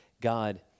God